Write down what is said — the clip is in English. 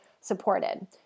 supported